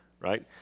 right